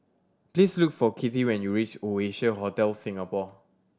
please look for Kitty when you reach Oasia Hotel Singapore